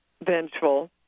vengeful